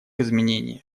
изменений